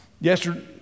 Yesterday